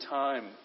time